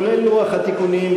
כולל לוח התיקונים,